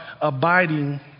abiding